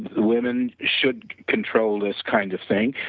women should control this kind of thing,